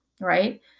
right